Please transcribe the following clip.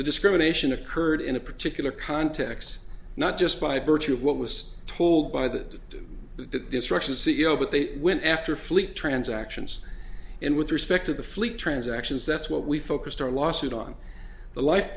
discrimination occurred in a particular context not just by virtue of what was told by that the destruction of c e o but they went after fleet transactions and with respect to the fleet transactions that's what we focused our lawsuit on the life